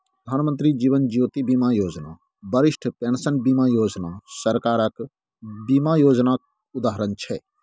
प्रधानमंत्री जीबन ज्योती बीमा योजना, बरिष्ठ पेंशन बीमा योजना सरकारक बीमा योजनाक उदाहरण छै